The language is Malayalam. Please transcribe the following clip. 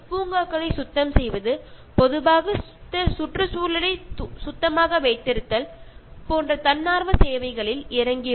പ്രകൃതിയുമായി അടുത്തിടപഴകുന്നതിലൂടെ ഭാവിയിൽ അവർ സ്വമേധയാ പാർക്കുകൾ വൃത്തിയാക്കുന്നത് പോലെ സ്വന്തം ചുറ്റുപാടുകൾ വൃത്തിയാക്കാനുള്ള ജോലികൾ സ്വയം ഏറ്റെടുക്കാൻ തയ്യാറാവുകയും ചെയ്യുന്നു